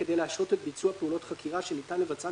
כדי להשהות ביצוע פעולות חקירה שניתן לבצען